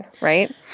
right